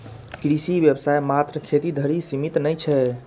कृषि व्यवसाय मात्र खेती धरि सीमित नै छै